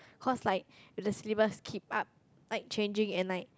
cause like if the syllabus keep up like changing and like